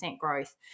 growth